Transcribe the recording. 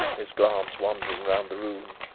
his glance wandering round the room.